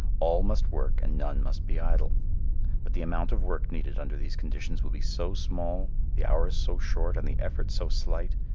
all must work and none must be idle but the amount of work needed under these conditions will be so small, the hours so short, and the effort so slight,